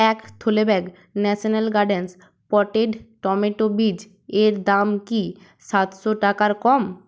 এক থলে bag national gardens potted tomato বীজ এর দাম কি সাতশো টাকার কম